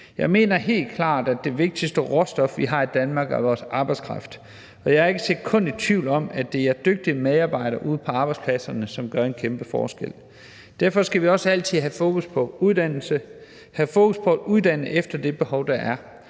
Jeg mener helt klart, at det vigtigste råstof, vi har i Danmark, er vores arbejdskraft, og jeg er ikke et sekund i tvivl om, at det er dygtige medarbejdere ude på arbejdspladserne, som gør en kæmpe forskel. Derfor skal vi også altid have fokus på uddannelse, have fokus på at uddanne efter det behov, der er,